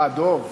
אה, דב.